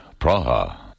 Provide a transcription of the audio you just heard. Praha